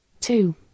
two